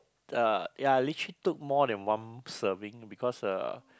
uh ya I literally took more than one serving because uh